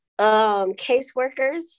caseworkers